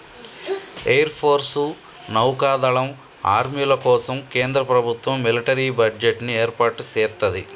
air force, నౌకా దళం, ఆర్మీల కోసం కేంద్ర ప్రభుత్వం మిలిటరీ బడ్జెట్ ని ఏర్పాటు సేత్తది